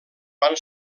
van